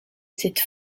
cette